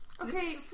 Okay